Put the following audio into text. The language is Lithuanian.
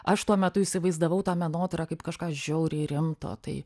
aš tuo metu įsivaizdavau tą menotyrą kaip kažką žiauriai rimto tai